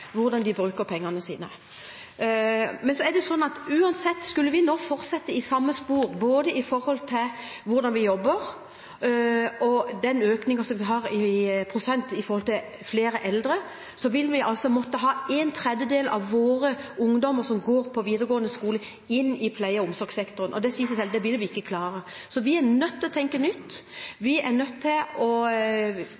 det gjelder å bruke pengene. Skulle vi nå fortsette i samme spor med hensyn til både hvordan vi jobber og prosentøkningen vi har i antall eldre, måtte en tredjedel av våre ungdommer som går på videregående skole, inn i pleie- og omsorgssektoren. Det sier seg selv at det vil vi ikke klare. Så vi er nødt til å tenke nytt.